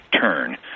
turn